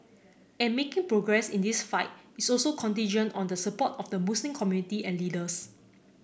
and making progress in this fight is also contingent on the support of the Muslim community and leaders